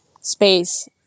space